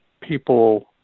people